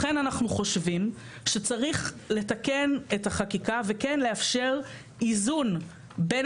לכן אנחנו חושבים שצריך לתקן את החקיקה וכן לאפשר איזון בין